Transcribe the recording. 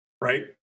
right